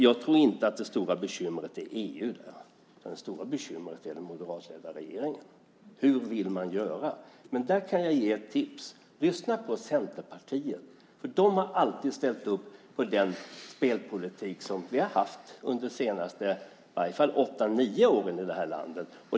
Jag tror inte att det stora bekymret är EU. Det stora bekymret är den moderatledda regeringen. Hur vill man göra? Men där kan jag ge ett tips. Lyssna på Centerpartiet! De har alltid ställt upp på den spelpolitik som vi har haft, i varje fall under de senaste åtta nio åren, i det här landet.